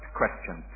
question